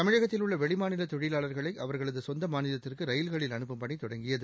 தமிழகத்தில் உள்ள வெளிமாநில தொழிலாளா்களை அவா்களது சொந்த மாநிலத்திற்கு ரயில்களில் அனுப்பும் பணி தொடங்கியது